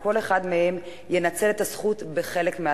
שכל אחד מהם ינצל את הזכות בחלק מהתקופה.